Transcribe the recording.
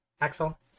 Axel